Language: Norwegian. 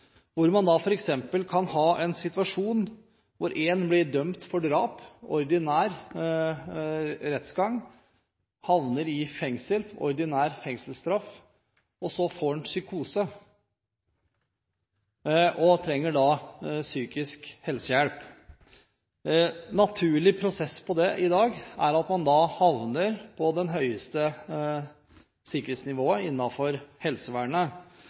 hvor man da f.eks. kan ha en situasjon hvor en person blir dømt for drap, det blir ordinær rettergang, personen havner i fengsel, får ordinær fengselsstraff, og så får vedkommende en psykose og trenger psykisk helsehjelp. En naturlig prosess for det i dag er at man havner på det høyeste sikkerhetsnivået innenfor helsevernet.